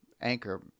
anchor